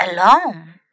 alone